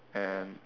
and